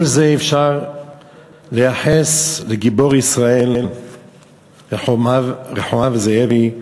כל זה אפשר לייחס לגיבור ישראל רחבעם זאבי,